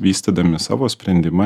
vystydami savo sprendimą